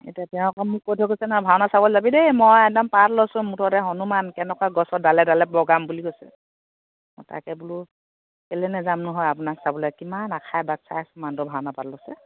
কিন্তু তেওঁ আকৌ মোক কৈ থৈ গৈছে নহয় ভাওনা চাবলৈ যাবি দেই মই একদম পাৰ্ট লৈছোঁ মুঠতে হনুমান কেনেকুৱা গছৰ ডালে ডালে বগাম বুলি কৈছে তাকে বোলো কেলে নেযাম নহয় আপোনাক চাবলৈ কিমান আশাৰে বাট চাই আছোঁ মানুহটো ভাওনা পাৰ্ট লৈছে